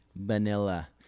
vanilla